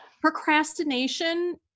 procrastination